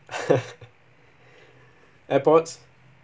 AirPods